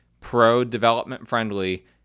pro-development-friendly